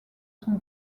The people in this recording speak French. son